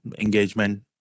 engagement